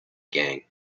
gang